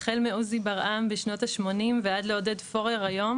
החל מעוזי ברעם בשנות ה-80 ועד לעודד פורר היום